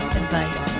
advice